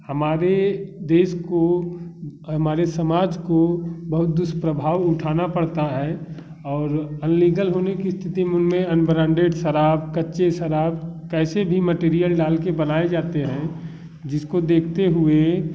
हमारे देश को हमारे समाज को बहुत दुष्प्रभाव उठाना पड़ता है और अनलीगल होने की स्थिति में उनमें अनब्रांडेड शराब कच्ची शराब कैसी भी मैटीरियल डाल के बनाए जाते हैं जिसको देखते हुए